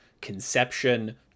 conception